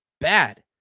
Bad